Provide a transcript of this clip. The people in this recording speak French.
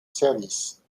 service